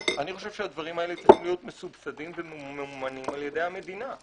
אני חושב שהדברים האלה צריכים להיות מסובסדים וממומנים על ידי המדינה.